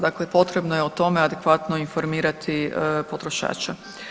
Dakle, potrebno je o tome adekvatno informirati potrošača.